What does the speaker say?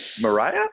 Mariah